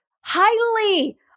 highly